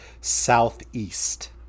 southeast